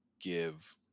give